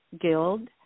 guild